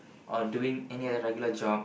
or doing any other regular job